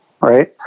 right